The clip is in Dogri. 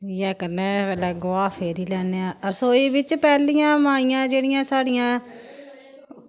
इ'यै करने पैह्ले गोहा फेरी लैने आं रसोई बिच्च पैह्लियां माइयां जेह्ड़ियां साढ़ियां